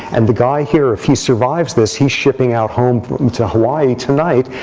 and the guy here, if he survives this, he's shipping out home to hawaii tonight.